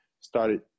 started